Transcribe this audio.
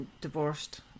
divorced